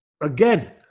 again